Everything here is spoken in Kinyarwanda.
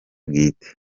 bwite